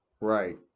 Right